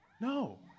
No